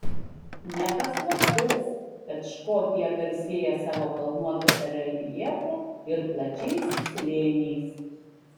ne paslaptis kad škotija garsėja savo kalnuotu reljefu ir plačiais slėniais